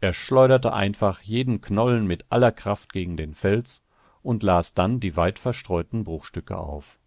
er schleuderte einfach jeden knollen mit aller kraft gegen den fels und las dann die weitverstreuten bruchstücke auf